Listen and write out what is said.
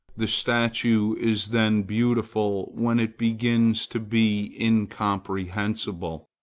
the statue is then beautiful when it begins to be incomprehensible,